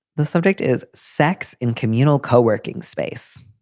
the subject is sex in communal coworking space.